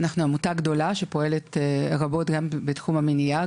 אנחנו עמותה גדולה שפועלת רבות גם בתחום המניעה,